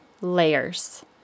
layers